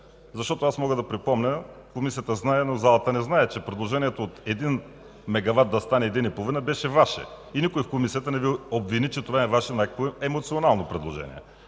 Аз мога да припомня – Комисията знае, но залата не знае, че предложението от 1 мегават да стане 1,5 беше Ваше и никой в Комисията не Ви обвини, че това е някакво емоционално Ваше предложение.